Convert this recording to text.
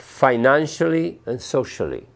financially and socially